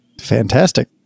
Fantastic